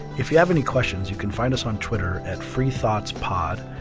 if you have any questions, you can find us on twitter, and freethoughtspod.